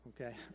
okay